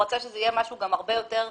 הוא רצה שזה יהיה משהו הרבה יותר מצומצם.